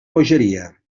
bogeria